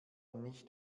nicht